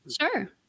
sure